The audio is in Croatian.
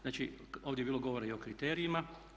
Znači, ovdje bi bilo govora i o kriterijima.